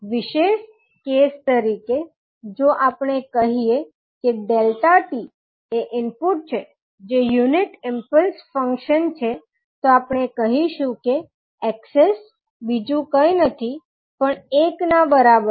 વિશેષ કેસ તરીકે જો આપણે કહીએ કે 𝛿𝑡 એ ઇનપુટ છે જે યુનિટ ઈમ્પલ્સ ફંક્શન છે તો આપણે કહીશું કે એક્સેસ બીજું કઈ નથી પણ એક ના બરાબર છે